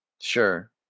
Sure